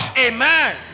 Amen